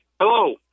Hello